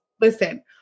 Listen